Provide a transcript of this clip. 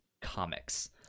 Comics –